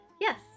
Yes